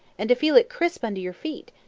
and to feel it crisp under your feet.